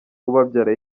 ubabyara